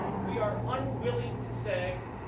we are unwilling to say